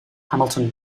hamilton